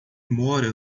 mora